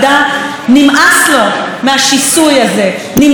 נמאס לו ממסעות הבחירות הגזעניים,